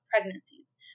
pregnancies